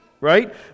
Right